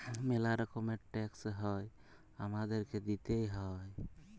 ম্যালা রকমের ট্যাক্স হ্যয় হামাদেরকে দিতেই হ্য়য়